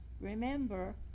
Remember